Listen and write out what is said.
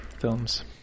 films